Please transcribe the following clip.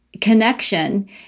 connection